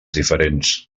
diferents